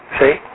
See